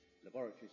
laboratories